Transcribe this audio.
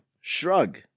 shrug